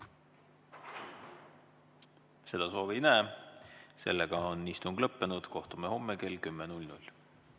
Sellist soovi ei näe, seega on istung lõppenud. Kohtume homme kell 10.